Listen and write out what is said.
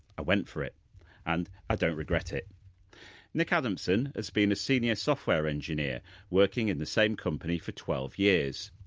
i went for it and i don't regret it nick adamson has been a senior software engineer working in the same company for twelve years.